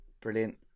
Brilliant